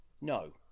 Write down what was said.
No